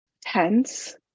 tense